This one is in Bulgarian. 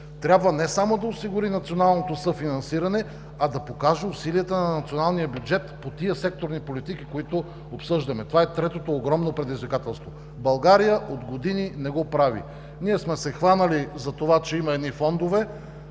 трябва не само да осигури националното съфинансиране, а да покаже усилията на националния бюджет по тези секторни политики, които обсъждаме. Това е третото огромно предизвикателство. България от години не го прави. Ние сме се хванали за това, че има едни фондове,